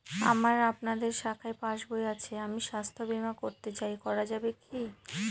আমার আপনাদের শাখায় পাসবই আছে আমি স্বাস্থ্য বিমা করতে চাই করা যাবে কি?